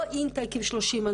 לא אינטייק עם 30 אנשים.